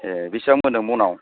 ए बिसिबां मोनो मनआव